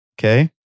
okay